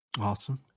Awesome